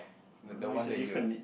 the one that you